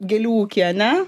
gėlių ūkį ane